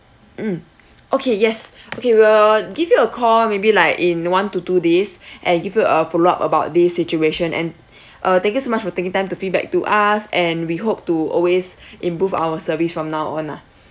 mm okay yes okay we will give you a call maybe like in one to two days and give you a follow up about this situation and uh thank you so much for taking time to feedback to us and we hope to always improve our service from now on ah